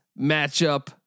matchup